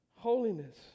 Holiness